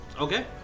Okay